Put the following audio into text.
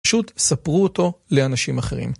פשוט ספרו אותו לאנשים אחרים.